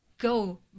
go